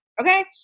Okay